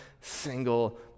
single